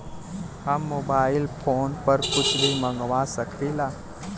हम mobile phone पर कुछ भी मंगवा सकिला?